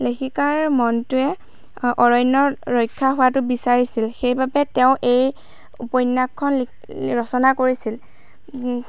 লেখিকাৰ মনটোৱে অৰণ্যৰ ৰক্ষা হোৱাটো বিচাৰিছিল সেইবাবে তেওঁ এই উপন্যাসখন ৰচনা কৰিছিল